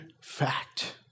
fact